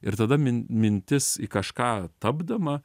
ir tada min mintis į kažką tapdama